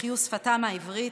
החיו שפתם העברית,